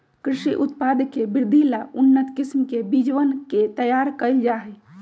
कृषि उत्पाद के वृद्धि ला उन्नत किस्म के बीजवन के तैयार कइल जाहई